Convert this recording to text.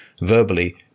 verbally